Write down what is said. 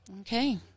Okay